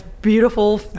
beautiful